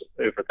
over